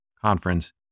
conference